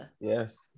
yes